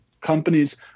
companies